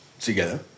together